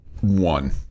one